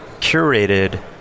curated